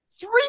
Three